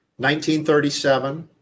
1937